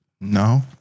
No